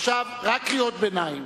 עכשיו רק קריאות ביניים,